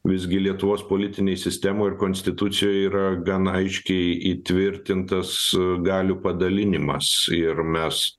visgi lietuvos politinėj sistemoj ir konstitucijoj yra gan aiškiai įtvirtintas galių padalinimas ir mes